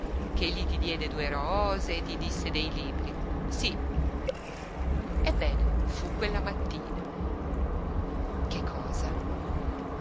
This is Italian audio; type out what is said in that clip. ch'egli ti diede due rose e ti disse dei libri sí ebbene fu quella mattina che cosa